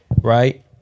right